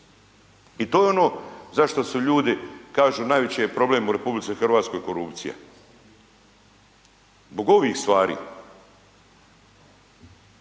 I to je ono zašto su ljudi, kažu najveći je problem u RH korupcija. Zbog ovih stvari.